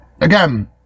again